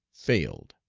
failed.